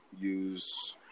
use